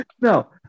No